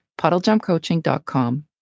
puddlejumpcoaching.com